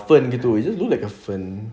fern gitu is it look like a fern